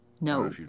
no